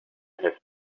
have